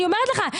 אני אומרת לך,